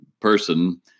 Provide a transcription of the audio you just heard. person